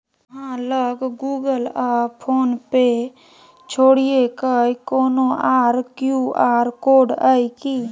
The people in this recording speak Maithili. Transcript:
अहाँ लग गुगल आ फोन पे छोड़िकए कोनो आर क्यू.आर कोड यै कि?